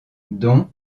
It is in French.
dont